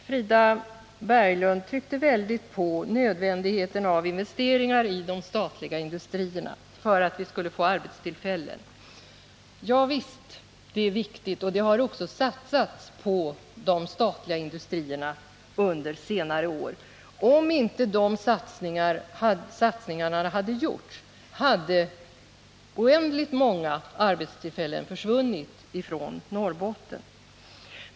Frida Berglund tryckte väldigt hårt på nödvändigheten av investeringar i de statliga industrierna för att vi skulle få arbetstillfällen. Ja visst — det är viktigt, och det har också satsats på de statliga industrierna under senare år. Om inte de satsningarna hade gjorts, hade oändligt många arbetstillfällen försvunnit från Norrbotten.